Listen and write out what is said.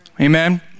Amen